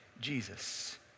Jesus